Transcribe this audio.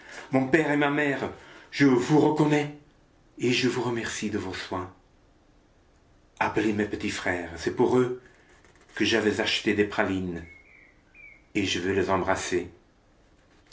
mon père et ma mère je vous reconnais et je vous remercie de vos soins appelez mes petits frères c'est pour eux que j'avais acheté des pralines et je veux les embrasser